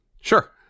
Sure